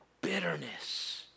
bitterness